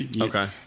Okay